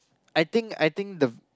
I think I think the